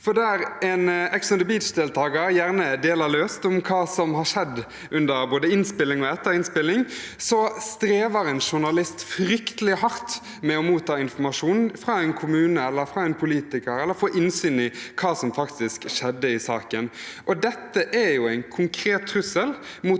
for der en Ex on the Beach-deltaker gjerne deler løst om hva som har skjedd både under og etter innspilling, strever en journalist fryktelig hardt med å motta informasjon fra en kommune eller en politiker, eller med å få innsyn i hva som faktisk skjedde i saken. Dette er en konkret trussel mot